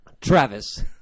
Travis